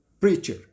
preacher